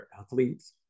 athletes